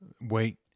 wait